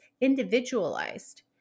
individualized